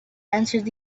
answered